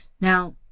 Now